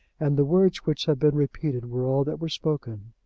and the words which have been repeated were all that were spoken.